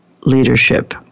leadership